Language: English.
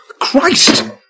Christ